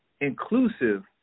inclusive